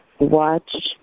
watch